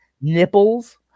nipples